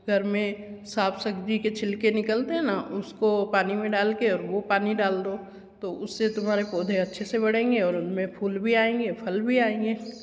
घर में साग सब्ज़ी के छिलके निकलते हैं ना उसको पानी में डालकर वह पानी डाल दो तो उससे तुम्हारे पौधे अच्छे से बढ़ेंगे और उनमें फूल भी आएँगे फल भी आएँगे